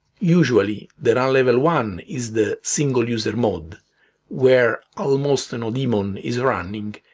usually the run-level one is the single user mode where almost no daemon is running,